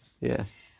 yes